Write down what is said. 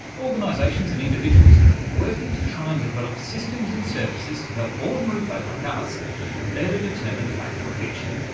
organisations and individuals working to try and develop systems and services to help ordinary folk like us better determine fact from fiction.